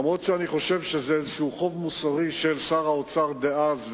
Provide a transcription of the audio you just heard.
אומנם אני חושב שזה איזה חוב מוסרי של שר האוצר דאז,